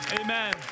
Amen